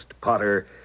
Potter